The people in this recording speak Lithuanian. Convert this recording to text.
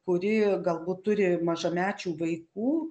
kuri galbūt turi mažamečių vaikų